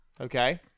okay